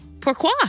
pourquoi